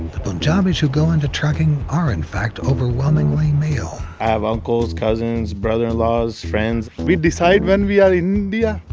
the punjabis who go into trucking are in fact overwhelmingly male. i have uncles, cousins, brother-in-law's, friends, we decide when we are in india,